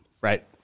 Right